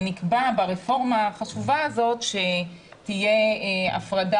ברפורמה החשובה הזאת נקבע שתהיה הפרדה